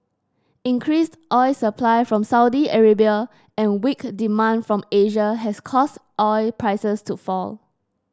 increased oil supply from Saudi Arabia and weak demand from Asia has caused oil prices to fall